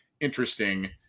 interesting